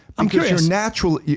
um your and natural,